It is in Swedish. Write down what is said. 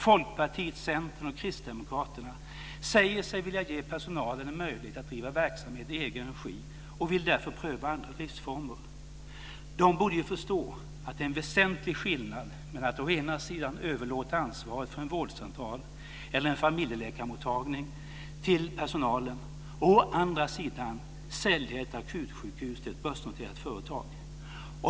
Folkpartiet, Centern och Kristdemokraterna säger sig vilja ge personalen en möjlighet att driva verksamhet i egen regi och vill därför pröva andra driftsformer. De borde ju förstå att det är en väsentlig skillnad mellan att å ena sidan överlåta ansvaret för en vårdcentral eller en familjeläkarmottagning till personalen och att å andra sidan sälja ett akutsjukhus till ett börsnoterat företag.